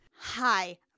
Hi